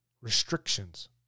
restrictions